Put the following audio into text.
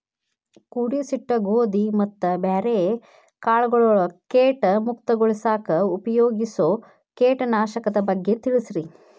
ಕೂಡಿಸಿಟ್ಟ ಗೋಧಿ ಮತ್ತ ಬ್ಯಾರೆ ಕಾಳಗೊಳ್ ಕೇಟ ಮುಕ್ತಗೋಳಿಸಾಕ್ ಉಪಯೋಗಿಸೋ ಕೇಟನಾಶಕದ ಬಗ್ಗೆ ತಿಳಸ್ರಿ